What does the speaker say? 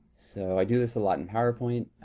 so i do this a lot in powerpoint.